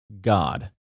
God